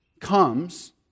comes